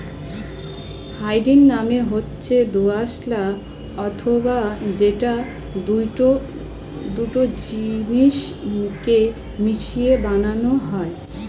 hybrid মানে হচ্ছে দোআঁশলা অর্থাৎ যেটা দুটো জিনিস কে মিশিয়ে বানানো হয়